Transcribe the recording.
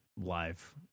live